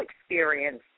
experience